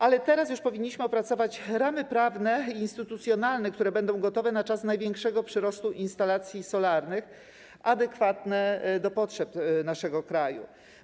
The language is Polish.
Ale teraz już powinniśmy opracować ramy prawne i instytucjonalne, które będą gotowe na czas największego przyrostu instalacji solarnych, adekwatne do potrzeb naszego kraju.